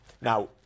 Now